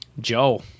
Joe